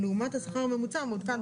לעומת השיעור הקודם,